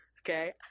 Okay